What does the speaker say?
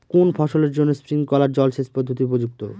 কোন ফসলের জন্য স্প্রিংকলার জলসেচ পদ্ধতি উপযুক্ত?